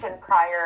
prior